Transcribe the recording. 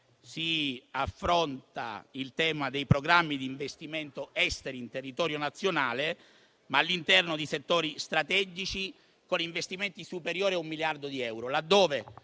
si affronta il tema dei programmi di investimento esteri in territorio nazionale, ma all'interno di settori strategici con investimenti superiori a un miliardo di euro,